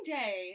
day